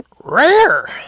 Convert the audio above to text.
RARE